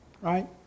right